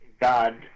God